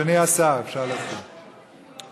אני מכבד את הצורך שלכם ולכן אני מאפשר.